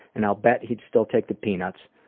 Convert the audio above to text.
and i'll bet he'd still take the peanuts,